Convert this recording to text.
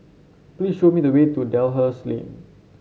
please show me the way to Dalhousie Lane